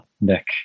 Nick